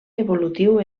evolutiu